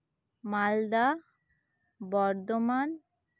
Malda Bardhaman